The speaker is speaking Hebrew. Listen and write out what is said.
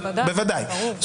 בוודאי.